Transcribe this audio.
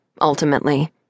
ultimately